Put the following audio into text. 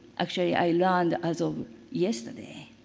actually, i learned as of yesterday